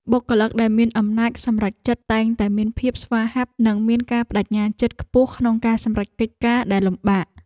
បុគ្គលិកដែលមានអំណាចសម្រេចចិត្តតែងតែមានភាពស្វាហាប់ និងមានការប្តេជ្ញាចិត្តខ្ពស់ក្នុងការសម្រេចកិច្ចការដែលលំបាក។